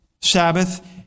Sabbath